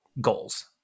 goals